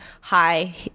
hi